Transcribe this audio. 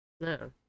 No